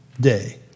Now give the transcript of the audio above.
day